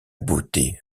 beauté